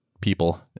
people